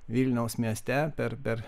vilniaus mieste per per